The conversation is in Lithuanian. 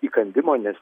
įkandimo nes